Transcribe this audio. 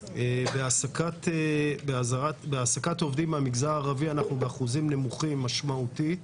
בהעסקת עובדים מהמגזר הערבי אנחנו באחוזים נמוכים משמעותית,